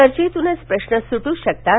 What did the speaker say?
चर्चेतूनच प्रश्न सुट्ट शकतात